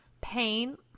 pain